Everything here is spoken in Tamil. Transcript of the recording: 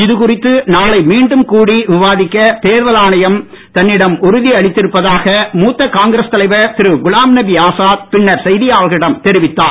இதுகுறித்து நாளை மீண்டும் கூடி விவாதிக்க தேர்தல் ஆணையம் தன்னிடம் உறுதி அளித்திருப்பதாக மூத்த காங்கிரஸ் தலைவர் திரு குலாம்நபி ஆசாத் பின்னர் செய்தியாளர்களிடம் தெரிவித்தார்